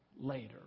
Later